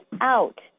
out